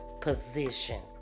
position